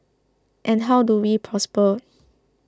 and how do we prosper